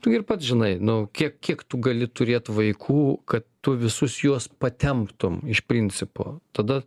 tu ir pats žinai nu kiek tu gali turėt vaikų kad tu visus juos patemptum iš principo tada